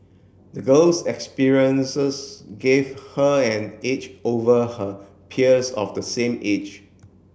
the girl's experiences gave her an edge over her peers of the same age